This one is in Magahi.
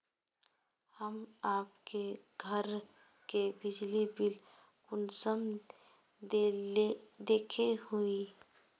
हम आप घर के बिजली बिल कुंसम देखे हुई?